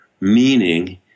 meaning